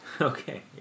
Okay